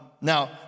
Now